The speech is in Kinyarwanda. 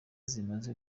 zimaze